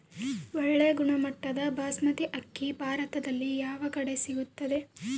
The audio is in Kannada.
ಒಳ್ಳೆ ಗುಣಮಟ್ಟದ ಬಾಸ್ಮತಿ ಅಕ್ಕಿ ಭಾರತದಲ್ಲಿ ಯಾವ ಕಡೆ ಸಿಗುತ್ತದೆ?